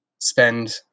spend